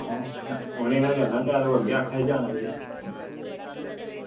उनें गै करना त्यार ओह् कुदै होर जाने गी आक्खा दी ही